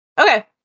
Okay